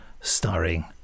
starring